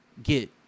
get